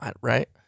right